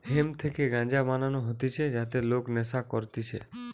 hemp থেকে গাঞ্জা বানানো হতিছে যাতে লোক নেশা করতিছে